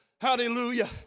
Hallelujah